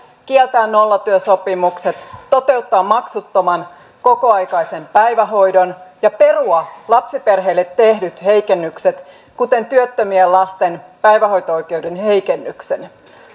kieltää nollatyösopimukset toteuttaa maksuttoman kokoaikaisen päivähoidon ja perua lapsiperheille tehdyt heikennykset kuten työttömien lasten päivähoito oikeuden heikennyksen